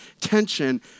tension